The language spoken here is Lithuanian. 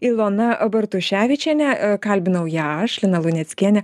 ilona bartuševičienė kalbinau ją aš lina luneckienė